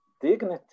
dignity